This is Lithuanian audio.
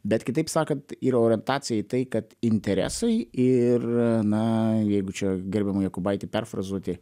bet kitaip sakant yra orientacija į tai kad interesai ir na jeigu čia gerbiamą jokubaitį perfrazuoti